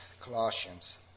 Colossians